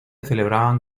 celebraban